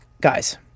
guys